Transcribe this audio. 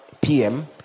pm